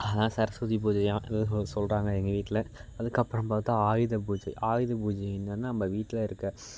அதான் சரஸ்வதி பூஜையாம் ஏதோ சொ சொல்கிறாங்க எங்கள் வீட்டில் அதுக்கப்புறம் பார்த்தா ஆயுத பூஜை ஆயுத பூஜை என்னென்னா நம்ம வீட்டில் இருக்க